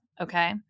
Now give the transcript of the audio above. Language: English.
Okay